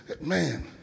man